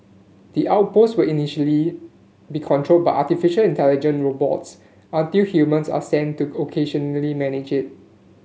the outpost will initially be controlled by artificial intelligent robots until humans are sent to occasionally manage it